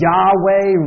Yahweh